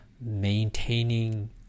maintaining